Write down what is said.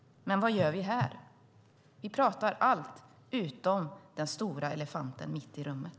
Men vad gör vi här? Vi pratar om allt utom den stora elefanten mitt i rummet.